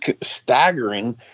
staggering